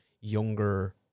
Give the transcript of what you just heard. younger